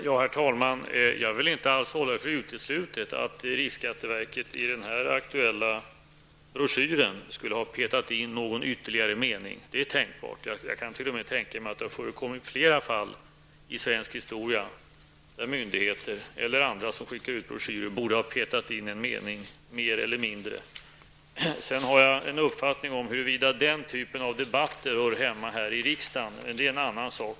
Herr talman! Jag vill inte alls hålla det för uteslutet att riksskatteverket i den här aktuella broschyren borde ha petat in någon ytterligare mening. Det är tänkbart. Jag kan t.o.m. tänka mig att det i svensk historia har förekommit flera fall där myndigheter eller andra som skickat ut broschyrer borde ha petat in eller tagit bort en mening. Huruvida denna typ av debatter sedan hör hemma här i riksdagen, det är en annan sak.